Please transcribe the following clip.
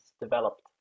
developed